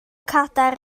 cadair